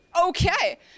okay